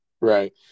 Right